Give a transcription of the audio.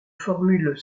formule